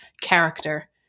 character